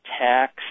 tax